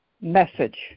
message